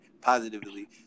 positively